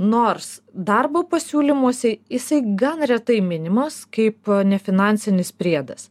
nors darbo pasiūlymuose jisai gan retai minimas kaip nefinansinis priedas